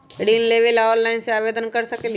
ऋण लेवे ला ऑनलाइन से आवेदन कर सकली?